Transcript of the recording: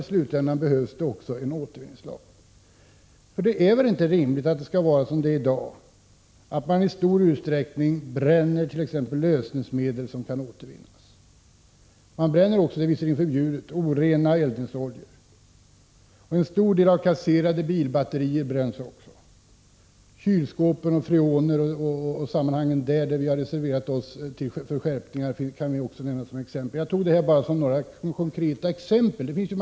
I slutändan behöver vi enligt min mening en återvinningslag. Det är väl inte rimligt att man, som i dag, i stor utsträckning förbränner t.ex. lösningsmedel som kan återvinnas. Man förbränner också — fastän det är förbjudet — orena eldningsoljor. Även en stor andel av de kasserade bilbatterierna förbränns. Också frågan om kylskåpen och freonet, där vi har reserverat oss för skärpningar, kan tjäna som ett exempel i detta sammanhang. Jag har nämnt allt detta bara som konkreta fall.